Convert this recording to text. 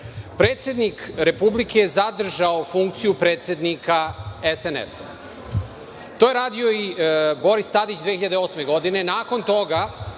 Srbije. Predsednik Republike je zadržao funkciju predsednika SNS. To je radio i Boris Tadić 2008. godine. Nakon toga,